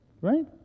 Right